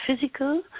physical